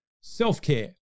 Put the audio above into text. self-care